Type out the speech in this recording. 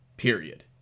period